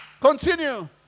Continue